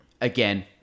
again